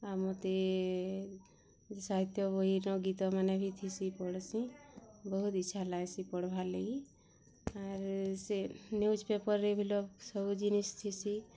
ଆଉ ମତେ ସାହିତ୍ୟବହିର ଗୀତମାନେ ବି ଥିସି ପଢ଼୍ସି ବହୁତ୍ ଇଛା ଲାଗ୍ସି ପଢ଼୍ବାର୍ ଲାଗି ଯେ ସେ ନ୍ୟୁଜ୍ ପେପର୍ ବି ସବୁଜିନିଷ୍ ବି ଥିସି